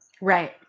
Right